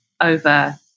over